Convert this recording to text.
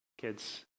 Kids